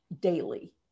daily